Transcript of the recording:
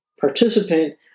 participant